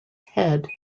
head